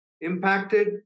impacted